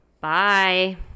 Bye